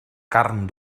carn